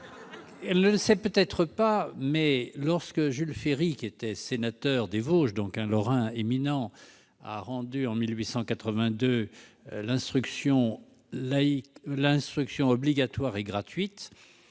qui ne le sait peut-être pas, que, lorsque Jules Ferry, qui était sénateur des Vosges, donc un Lorrain éminent, a rendu, en 1882, l'instruction obligatoire et gratuite,